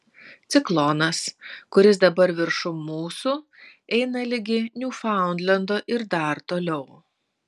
ciklonas kuris dabar viršum mūsų eina ligi niūfaundlendo ir dar toliau